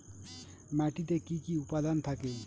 মাটিতে কি কি উপাদান থাকে?